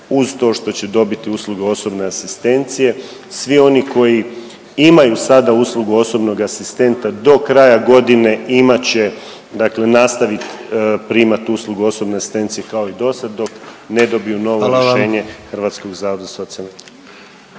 uz to što će dobiti usluge osobne asistencije svi oni koji imaju sada uslugu osobnog asistenta do kraja godine imat će, dakle nastavit primat uslugu osobne asistencije kao i do sad dok ne dobiju novo rješenje Hrvatskog zavoda za socijalnu.